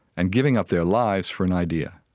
and giving up their lives for an idea.